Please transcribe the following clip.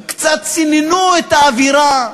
קצת ציננו את האווירה.